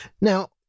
Now